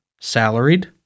salaried